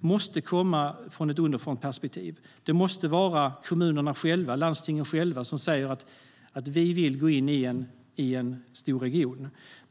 måste komma från ett underifrånperspektiv. Det måste vara kommunerna och landstingen själva som säger att de vill gå in i en storregion.